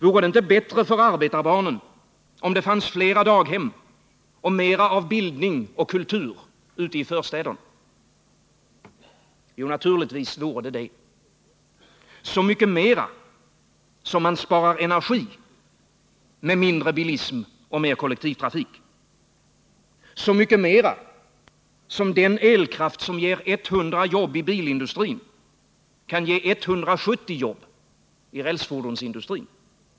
Vore det inte bättre för arbetarbarnen om det fanns fler daghem eller mer av bildning och kultur ute i förstäderna? Jo, naturligtvis vore det så. Så mycket mer som man sparar energi med mindre bilism och mer kollektivtrafik. Så mycket mer som den elkraft som ger 100 jobb i bilindustrin kan ge 170 jobb i rälsfordonsindustrin.